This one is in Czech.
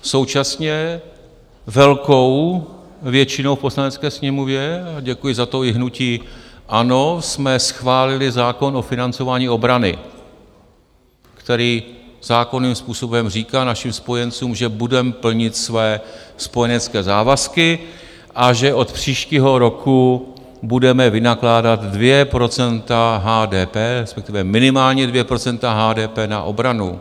Současně velkou většinou v Poslanecké sněmovně, a děkuji za to i hnutí ANO, jsme schválili zákon o financování obrany, který zákonným způsobem říká našim spojencům, že budeme plnit své spojenecké závazky a že od příštího roku budeme vynakládat 2 % HDP, respektive minimálně 2 % HDP, na obranu.